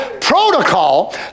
protocol